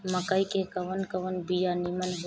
मकई के कवन कवन बिया नीमन होई?